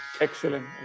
Excellent